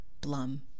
Blum